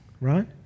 right